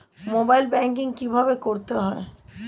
Mobile banking কীভাবে করতে হয়?